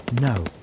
No